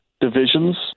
divisions